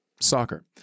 soccer